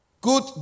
good